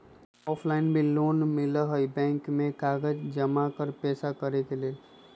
Offline भी loan मिलहई bank में कागज जमाकर पेशा करेके लेल?